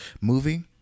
movie